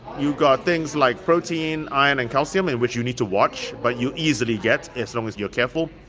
you've got things like protein, iron and calcium in which you need to watch, but you easily get, as long as you're careful.